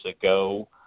ago